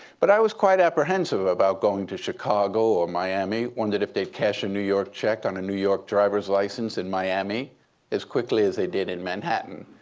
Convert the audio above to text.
but i was quite apprehensive about going to chicago or miami, wondered if they'd cash a and new york check on a new york driver's license in miami as quickly as they did in manhattan.